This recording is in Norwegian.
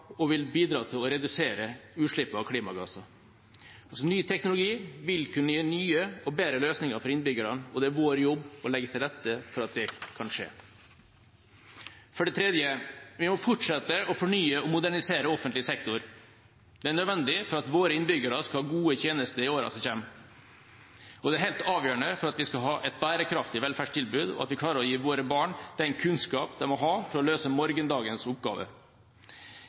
og vil bidra til å redusere utslipp av klimagasser. Ny teknologi vil kunne gi nye og bedre løsninger for innbyggerne, og det er vår jobb å legge til rette for at det kan skje. For det tredje: Vi må fortsette å fornye og modernisere offentlig sektor. Det er nødvendig for at våre innbyggere skal ha gode tjenester i årene som kommer. Og det er helt avgjørende for at vi skal ha et bærekraftig velferdstilbud, og for at vi klarer å gi våre barn den kunnskap de må ha for å løse morgendagens